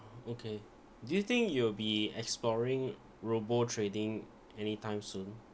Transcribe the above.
okay do you think you'll be exploring robo trading anytime soon